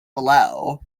below